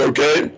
Okay